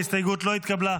ההסתייגות לא התקבלה.